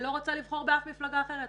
אני לא רוצה לבחור באף מפלגה אחרת,